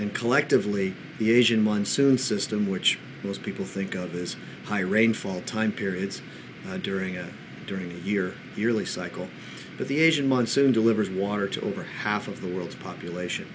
and collectively the asian monsoon system which most people think of this high rainfall time periods during and during the year yearly cycle but the asian monsoon delivers water to over half of the world's population